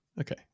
Okay